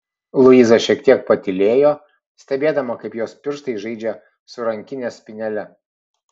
luiza šiek tiek patylėjo stebėdama kaip jos pirštai žaidžia su rankinės spynele